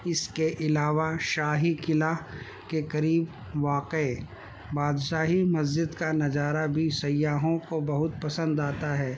اس کے علاوہ شاہی قلعہ کے قریب واقع بادشاہی مسجد کا نظارہ بھی سیاحوں کو بہت پسند آتا ہے